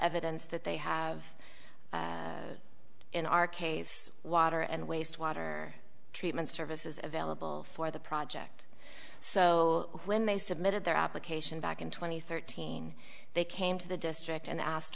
evidence that they have in our case water and wastewater treatment services available for the project so when they submitted their application back in two thousand and thirteen they came to the district and asked